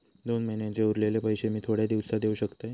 दोन महिन्यांचे उरलेले पैशे मी थोड्या दिवसा देव शकतय?